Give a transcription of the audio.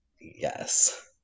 Yes